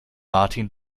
martin